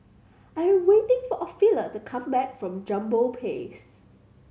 I'm waiting for Ophelia to come back from Jambol Place